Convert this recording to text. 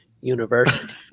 University